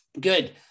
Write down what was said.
good